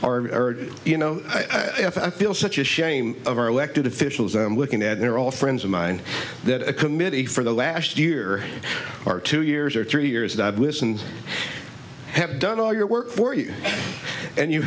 are you know i feel such a shame of our elected officials i'm looking at they're all friends of mine that a committee for the last year or two years or three years that listens have done all your work for you and you